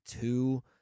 two